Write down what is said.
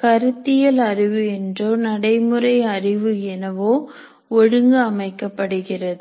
கருத்தியல் அறிவு என்றோ நடைமுறை அறிவு எனவோ ஒழுங்கு அமைக்கப்படுகிறது